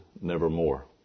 nevermore